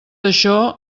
això